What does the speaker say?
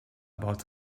about